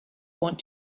want